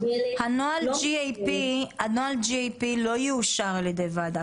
הנוהל GAP לא יאושר על ידי ועדה.